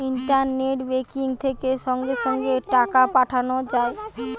internet banking থেকে সঙ্গে সঙ্গে টাকা পাঠানো যায়